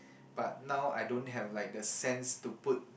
but now I don't have like the sense to put